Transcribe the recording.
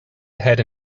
ahead